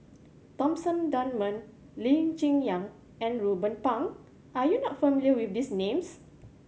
Thomson Dunman Lee Cheng Yan and Ruben Pang are you not familiar with these names